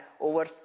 over